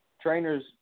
trainers